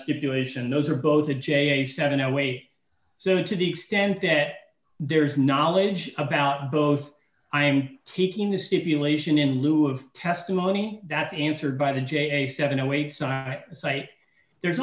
stipulation those are both a j a seven away so to the extent that there's knowledge about both i'm taking the stipulation in lieu of testimony that's answered by the j a seven awakes i cite there's